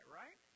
right